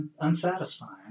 unsatisfying